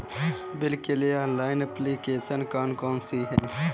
Bill के लिए online application कौन कौन सी हैं?